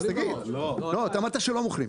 לא אמרתי שלא -- אתה אמרת שלא מוכרים.